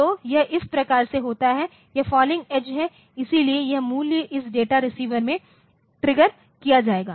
तो यह इस प्रकार से होता है यह फॉलिंग एज है इसलिएयह मूल्य इस डाटा रिसीवर में ट्रिगर किया जाएगा